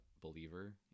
believer